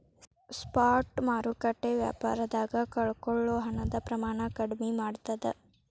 spot ಮಾರುಕಟ್ಟೆ ವ್ಯಾಪಾರದಾಗ ಕಳಕೊಳ್ಳೊ ಹಣದ ಪ್ರಮಾಣನ ಕಡ್ಮಿ ಮಾಡ್ತದ